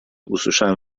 usłyszałem